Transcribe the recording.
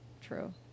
True